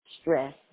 stress